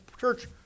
church